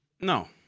No